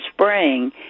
spring